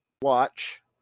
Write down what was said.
watch